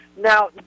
Now